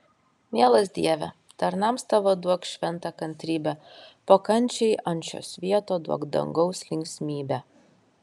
mielas dieve tarnams tavo duok šventą kantrybę po kančiai ant šio svieto duok dangaus linksmybę